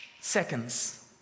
Seconds